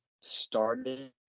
started